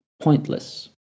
Pointless